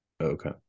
Okay